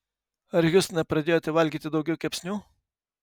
ar hjustone pradėjote valgyti daugiau kepsnių